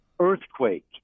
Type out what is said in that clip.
earthquake